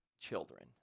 children